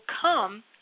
come